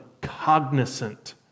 cognizant